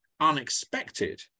unexpected